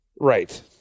right